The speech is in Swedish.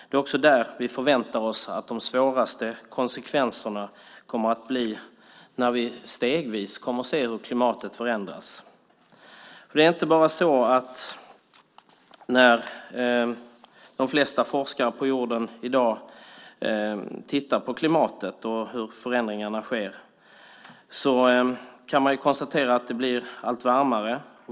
Det är också där vi förväntar oss de svåraste konsekvenserna när vi stegvis kommer att se hur klimatet förändras. När de flesta forskare på jorden i dag tittar på klimatet och på hur förändringarna sker kan man konstatera att det blir allt varmare.